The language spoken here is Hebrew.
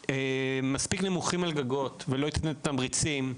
מספיק נמוכים על גגות ולא תיתן תמריצים,